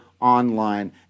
online